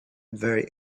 very